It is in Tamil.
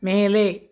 மேலே